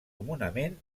comunament